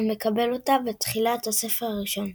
המקבל אותה בתחילת הספר הראשון.